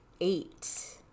eight